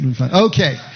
Okay